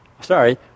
sorry